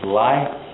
life